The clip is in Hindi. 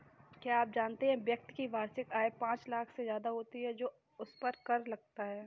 क्या आप जानते है व्यक्ति की वार्षिक आय पांच लाख से ज़्यादा होती है तो उसपर कर लगता है?